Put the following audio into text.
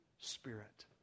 Spirit